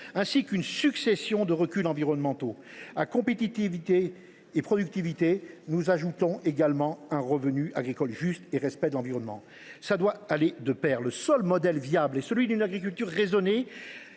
ainsi qu’une succession de reculs environnementaux. De notre côté, à compétitivité et productivité, nous ajoutons revenu agricole juste et respect de l’environnement. Tout cela doit aller de pair ! Le seul modèle viable est celui d’une agriculture raisonnée